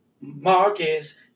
Marcus